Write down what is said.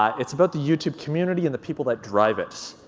it's about the youtube community and the people that drive it.